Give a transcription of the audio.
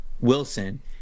Wilson